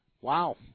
Wow